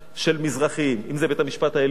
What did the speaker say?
של מזרחים, אם זה בבית-המשפט העליון,